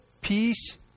peace